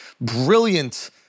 brilliant